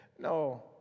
No